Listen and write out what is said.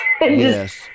yes